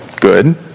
good